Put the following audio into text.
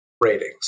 ratings